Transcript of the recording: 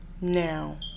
Now